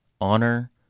honor